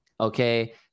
Okay